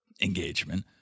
engagement